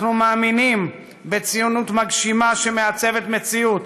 אנחנו מאמינים בציונות מגשימה שמעצבת מציאות,